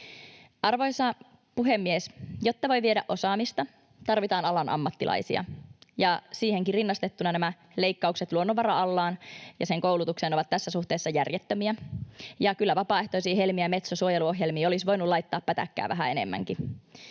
Arvoisa puhemies! Jotta voi viedä osaamista, tarvitaan alan ammattilaisia. Siihenkin rinnastettuna nämä leikkaukset luonnonvara-alaan ja sen koulutukseen ovat tässä suhteessa järjettömiä. Ja kyllä vapaaehtoisiin Helmi- ja Metso-suojeluohjelmiin olisi voinut laittaa pätäkkää vähän enemmänkin.